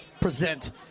present